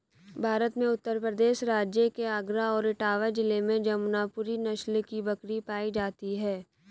भारत में उत्तर प्रदेश राज्य के आगरा और इटावा जिले में जमुनापुरी नस्ल की बकरी पाई जाती है